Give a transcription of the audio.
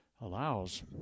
allows